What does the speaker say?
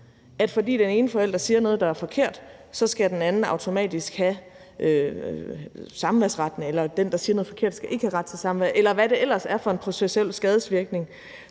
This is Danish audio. at fordi den ene forælder siger noget, der er forkert, så skal den anden automatisk have samværsretten, eller at den, der siger noget forkert, ikke skal have ret til samvær, eller hvad det ellers er for en processuel skadevirkning,